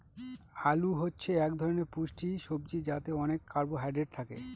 আলু হচ্ছে এক ধরনের পুষ্টিকর সবজি যাতে অনেক কার্বহাইড্রেট থাকে